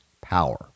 power